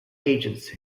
agency